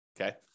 okay